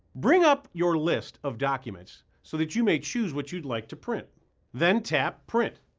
bring up your list of documents so that you may choose what you'd like to print then tap print.